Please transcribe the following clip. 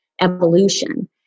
evolution